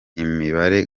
imibare